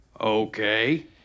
Okay